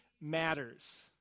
matters